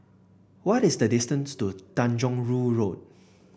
what is the distance to Tanjong Rhu Road